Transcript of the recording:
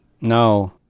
no